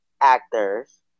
actors